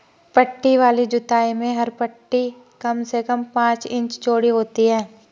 पट्टी वाली जुताई में हर पट्टी कम से कम पांच इंच चौड़ी होती है